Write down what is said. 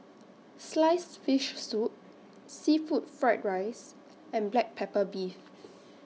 Sliced Fish Soup Seafood Fried Rice and Black Pepper Beef